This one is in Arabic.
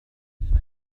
المنزل